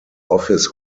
office